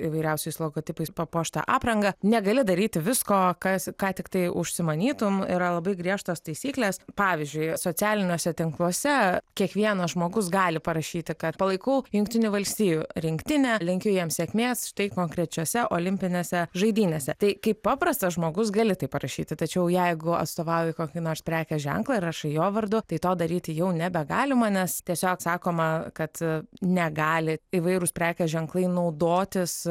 įvairiausiais logotipais papuoštą aprangą negali daryti visko kas ką tiktai užsimanytum yra labai griežtos taisyklės pavyzdžiui socialiniuose tinkluose kiekvienas žmogus gali parašyti kad palaikau jungtinių valstijų rinktinę linkiu jiems sėkmės štai konkrečiose olimpinėse žaidynėse tai kaip paprastas žmogus gali taip parašyti tačiau jeigu atstovauji kokį nors prekės ženklą ir rašai jo vardu tai to daryti jau nebegalima nes tiesiog sakoma kad negali įvairūs prekės ženklai naudotis